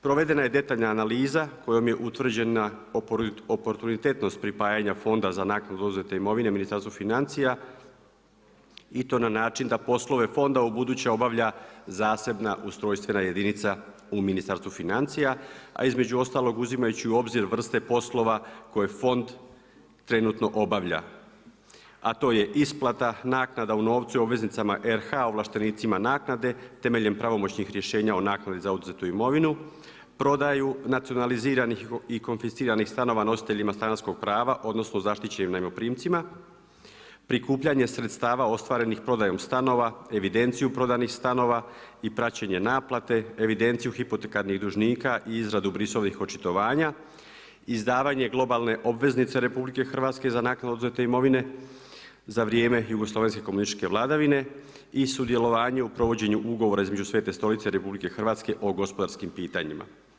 Provedena je detaljna analiza kojom je utvrđena oportunitetnost pripajanja fonda za naknadu oduzete imovine Ministarstva financija i to na način da poslove fonda ubuduće obavlja zasebna ustrojstvena jedinica u Ministarstvu financija a između ostalog uzimajući u obzir vrste poslova koje fond trenutno obavlja a to je isplata naknada u novcu i obveznicama RH, ovlaštenicima naknade temeljem pravomoćnih rješenja o naknadi za oduzetu imovinu, prodaju, nacionaliziranih i konfisciranih stanova nositeljima stanarskog prava odnosno zaštićenim najmoprimcima, prikupljanje sredstava ostvarenih prodajom stanova, evidenciju prodanih stanova i praćenje naplate, evidenciju hipotekarnih dužnika i izradu brisovih očitovanja, izdavanje globalne obveznice RH za naknadu oduzete imovine za vrijeme jugoslovenske komunističke vladavine i sudjelovanje u provođenju ugovora između Sv. stolice RH o gospodarskim pitanjima.